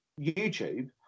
YouTube